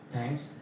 Thanks